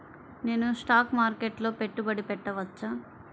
నేను స్టాక్ మార్కెట్లో పెట్టుబడి పెట్టవచ్చా?